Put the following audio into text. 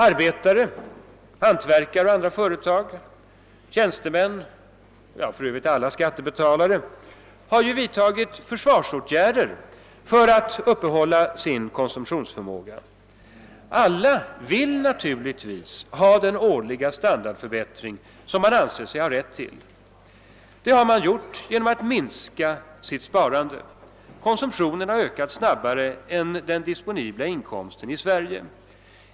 Arbetare, hantverkare och andra företagare, tjänstemän och för övrigt alla skattebetalare har vidtagit försvarsåtgärder för att uppehålla sin konsumtionsförmåga. Alla vill naturligtvis ha den årliga standardförbättring som man anser sig ha rätt till. Det har man fått genom att minska sitt sparande. Konsumtionen har ökat snabbare än den disponibla inkomsten i Sverige.